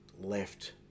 left